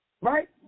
Right